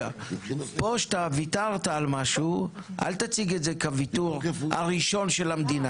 פה כשאתה ויתרת על משהו אל תציג את זה כוויתור הראשון של המדינה.